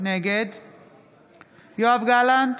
יואב גלנט,